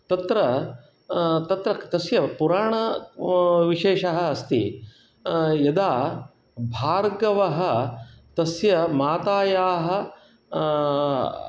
तत्र तत्र तस्य पुराण विशेषः अस्ति यदा भार्गवः तस्य मातायाः